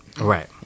right